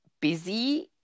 busy